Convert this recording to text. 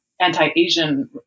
anti-Asian